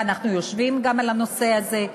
ואנחנו יושבים גם על הנושא הזה,